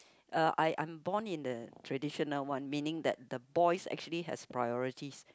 uh I I'm born in a traditional one meaning that the boys actually has priorities